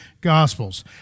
Gospels